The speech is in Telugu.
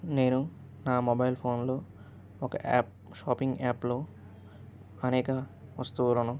నేను నా మొబైల్ ఫోన్లో ఒక యాప్ షాపింగ్ యాప్లో అనేక వస్తువులను